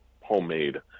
homemade